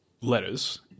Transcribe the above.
letters